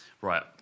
Right